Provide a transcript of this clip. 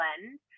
blend